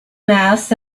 mass